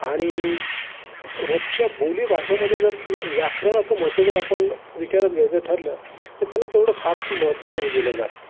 आणि रोज बोलीभाषेमध्ये जर व्याकरणाचं महत्त्व जर आपण विचारात घ्यायचं ठरलं तर त्याला तेवढं फारसं महत्त्व नाही दिलं जात